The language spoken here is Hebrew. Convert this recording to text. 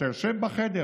ואתה יושב בחדר,